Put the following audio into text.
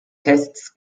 tests